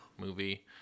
movie